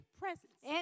presence